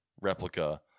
replica